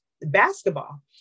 basketball